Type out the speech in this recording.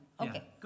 Okay